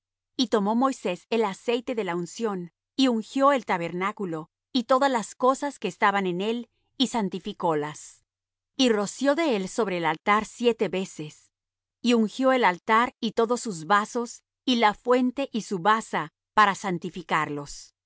y tomó moisés el aceite de la unción y ungió el tabernáculo y todas las cosas que estaban en él y santificólas y roció de él sobre el altar siete veces y ungió el altar y todos sus vasos y la fuente y su basa para santificarlos